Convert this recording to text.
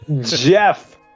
Jeff